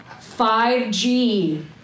5G